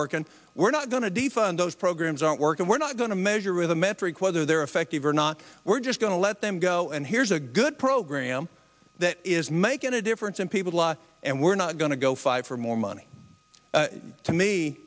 work and we're not going to defund those programs aren't working we're not going to measure with a metric whether they're effective or not we're just going to let them go and here's a good program that is making a difference in people's lives and we're not going to go five for more money to me